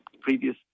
previous